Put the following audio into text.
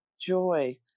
joy